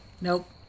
Nope